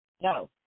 No